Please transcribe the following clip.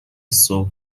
صبح